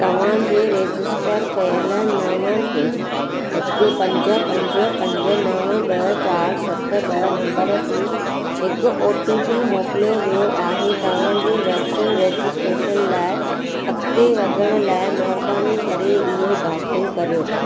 तव्हां जे रेजिस्टर कयल नव टे हिकु पंज पंज पंज नव ॿ चार सत ॿ नंबर ते हिक ओ टी पी मोकिलियो वियो आहे तव्हां जे वैक्सीन रजिस्ट्रेशन लाइ अॻिते वधण लाइ महिरबानी करे इहो दाख़िल कर्यो